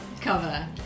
cover